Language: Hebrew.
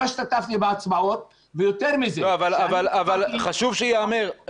לא השתתפתי בהצבעות ויותר מזה --- אבל חשוב שייאמר,